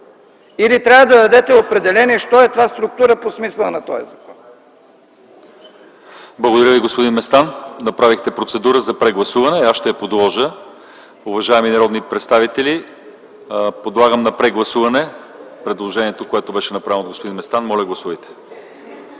Или трябва да дадете определение що е „структура” по смисъла на този закон.